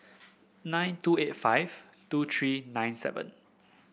nine two eight five two three nine seven